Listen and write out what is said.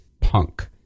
punk